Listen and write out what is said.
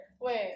Wait